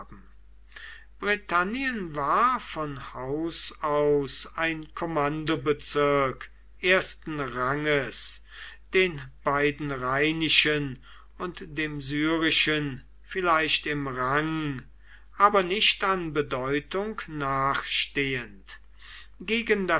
britannien war von haus aus ein kommandobezirk ersten ranges den beiden rheinischen und dem syrischen vielleicht im rang aber nicht an bedeutung nachstehend